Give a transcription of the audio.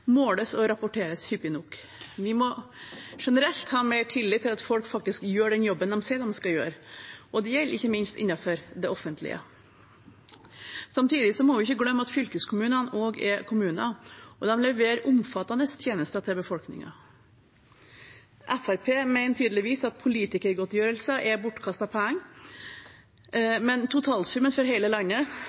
måles og rapporteres hyppig nok. Vi må generelt ha mer tillit til at folk faktisk gjør den jobben de sier de skal gjøre, og det gjelder ikke minst innenfor det offentlige. Samtidig må vi ikke glemme at fylkeskommunene også er kommuner, og de leverer omfattende tjenester til befolkningen. Fremskrittspartiet mener tydeligvis at politikergodtgjørelser er bortkastede penger, men totalsummen for hele landet,